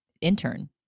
intern